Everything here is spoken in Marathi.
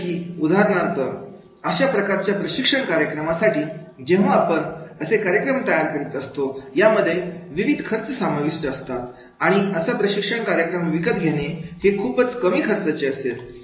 जसे की उदाहरणार्थ अशा प्रकारच्या प्रशिक्षण कार्यक्रमासाठी जेव्हा आपण असे कार्यक्रम तयार करीत असतो यामध्ये विविध खर्च समाविष्ट असतात आणि असा प्रशिक्षण कार्यक्रम विकत घेणे हे खूपच कमी खर्चाची असेल